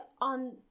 on